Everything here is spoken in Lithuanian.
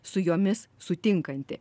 su jomis sutinkanti